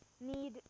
need